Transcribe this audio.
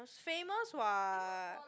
but mine is not famous famous what